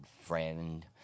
friend